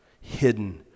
hidden